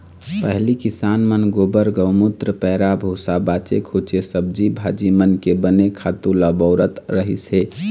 पहिली किसान मन गोबर, गउमूत्र, पैरा भूसा, बाचे खूचे सब्जी भाजी मन के बने खातू ल बउरत रहिस हे